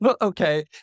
Okay